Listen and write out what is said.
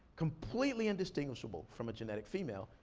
completely indistinguishable from a genetic female,